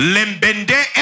Lembende